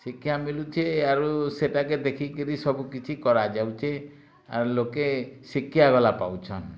ଶିକ୍ଷା ମିଳୁଛି ଆରୁ ସେଟାକେ ଦେଖି କିରି ସବୁକିଛି କରାଯାଉଛି ଆରୁ ଲୋକେ ଶିକ୍ଷା ଗଲା ପାଉଛନ